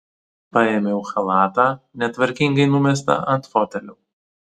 paėmiau chalatą netvarkingai numestą ant fotelio